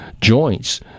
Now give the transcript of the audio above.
joints